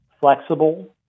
flexible